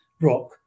rock